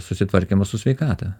susitvarkymo su sveikata